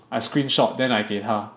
I screenshot then I 给他